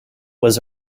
was